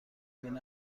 بین